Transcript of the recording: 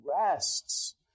rests